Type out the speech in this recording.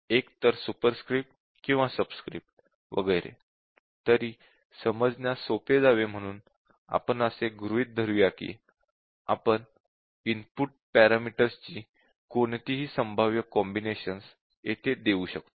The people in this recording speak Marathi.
एकतर सुपरस्क्रिप्ट किंवा सबस्क्रिप्ट वगैरे तरी समजण्यास सोपे जावे म्हणून आपण असे गृहीत धरू की आपण इनपुट पॅरामीटर्सची कोणतीही संभाव्य कॉम्बिनेशन्स येथे देऊ शकतो